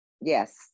Yes